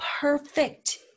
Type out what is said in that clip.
perfect